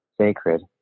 sacred